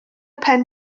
pen